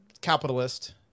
capitalist